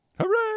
Hooray